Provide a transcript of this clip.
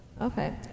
Okay